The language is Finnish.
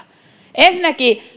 ensinnäkin